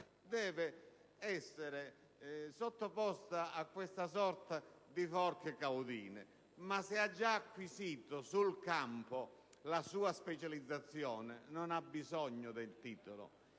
deve essere sottoposto a questa sorta di forche caudine; ma se ha già acquisito sul campo la sua specializzazione, non ha bisogno del titolo.